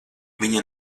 viņa